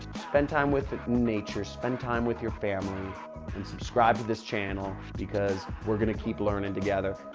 spend time with the nature, spend time with your family and subscribe to this channel because we're gonna keep learning together.